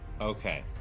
Okay